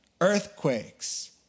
earthquakes